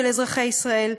של אזרחי ישראל,